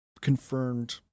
confirmed